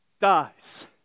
dies